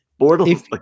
Bortles